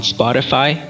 Spotify